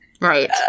Right